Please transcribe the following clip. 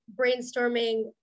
brainstorming